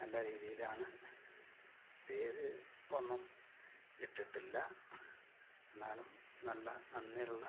നല്ല രീതിയിലാണ് പേര് ഒന്നും ഇട്ടിട്ടില്ല എന്നാലും നല്ല നന്ദിയുള്ള